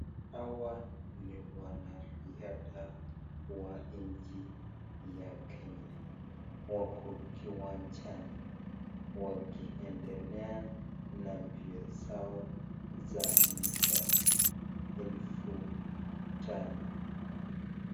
Hawa ni wanariadha wa nchi ya Kenya. Wako kiwanjani wakiendelea na mbio zao za mita elfu tano.